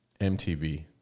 MTV